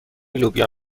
لوبیا